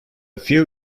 few